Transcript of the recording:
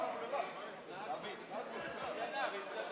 (קוראת בשם חבר